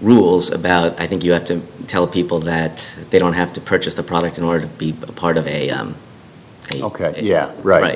rules about i think you have to tell people that they don't have to purchase the product in order to be a part of a market yeah right